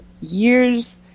Years